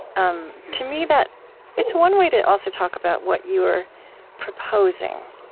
um to me, that it's one way to also talk about what you're proposing.